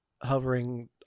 hovering